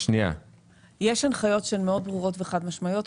יש הנחיות מאוד ברורות וחד משמעיות,